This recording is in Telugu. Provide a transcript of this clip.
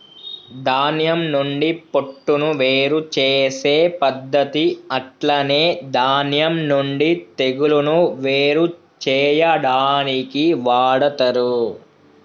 ధాన్యం నుండి పొట్టును వేరు చేసే పద్దతి అట్లనే ధాన్యం నుండి తెగులును వేరు చేయాడానికి వాడతరు